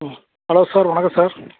ம் hello sir வணக்கம் sir